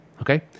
okay